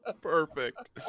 perfect